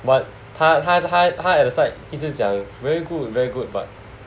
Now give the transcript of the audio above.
but 他他他他 at the side 一直讲 very good very good but